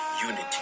unity